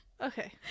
Okay